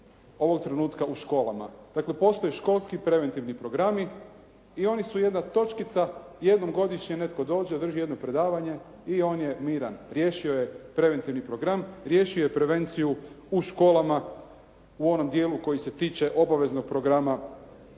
ovog trenutka u školama, dakle postoji školski preventivni programi i oni su jedna točkica, jednom godišnje netko dođe, održi jedno predavanje i on je miran, riješio je preventivni program, riješio je prevenciju u školama u onom dijelu koji se tiče obaveznog